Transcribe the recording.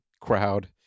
crowd